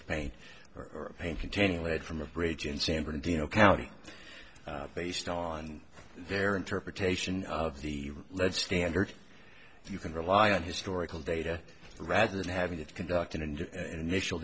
based paint or paint containing lead from a bridge in san bernardino county based on their interpretation of the lead standard you can rely on historical data rather than having that conduct in and initial